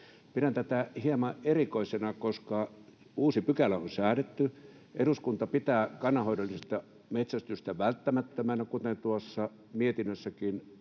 Pidän tätä hieman erikoisena, koska uusi pykälä on säädetty ja eduskunta pitää kannanhoidollista metsästystä välttämättömänä, kuten tuossa